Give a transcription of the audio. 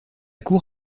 cour